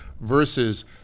versus